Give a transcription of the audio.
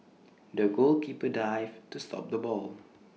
the goalkeeper dived to stop the ball